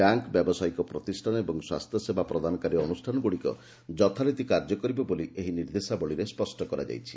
bank ବ୍ୟାବସାୟିକ ପ୍ରତିଷ୍ଠାନ ଏବଂ ସ୍ୱାସ୍ଥ୍ୟସେବା ପ୍ରଦାନକାରୀ ଅନୁଷାନଗୁଡ଼ିକ ଯଥାରିତି କାର୍ଯ୍ୟ କରିବ ବୋଲି ଏହି ନିର୍ଦ୍ଦେଶାବଳୀରେ ସ୍ବଷ୍ଟ କରାଯାଇଛି